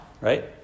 right